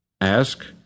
Ask